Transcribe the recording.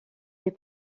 les